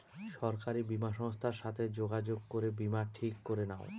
সরকারি বীমা সংস্থার সাথে যোগাযোগ করে বীমা ঠিক করে নাও